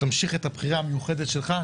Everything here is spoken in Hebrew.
תמשיך את הבחירה המיוחדת שלך,